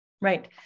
Right